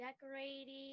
decorating